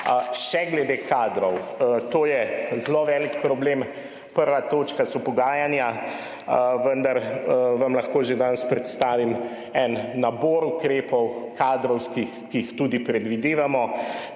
Še glede kadrov. To je zelo velik problem. Prva točka so pogajanja, vendar vam lahko že danes predstavim en nabor ukrepov, kadrovskih, ki jih tudi predvidevamo.